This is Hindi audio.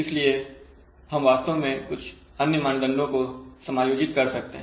इसलिए हम वास्तव में कुछ अन्य मानदंडों को समायोजित कर सकते हैं